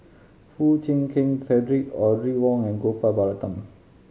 Foo Chee Keng Cedric Audrey Wong and Gopal Baratham